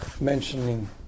mentioning